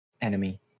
enemy